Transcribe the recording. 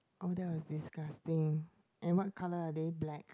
oh that was disgusting and what color are they black